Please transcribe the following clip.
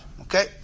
Okay